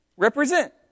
Represent